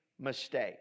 mistake